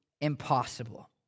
impossible